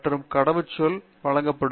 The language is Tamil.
ஒரு ரோமிங் உள்நுழைவு மூலம் வழங்கப்படும்